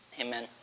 amen